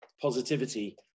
positivity